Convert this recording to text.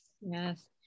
Yes